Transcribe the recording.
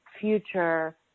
future